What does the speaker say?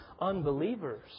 unbelievers